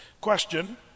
Question